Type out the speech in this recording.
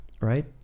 right